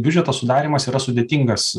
biudžeto sudarymas yra sudėtingas